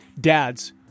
dads